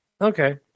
Okay